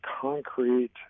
concrete